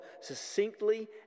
succinctly